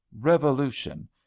revolution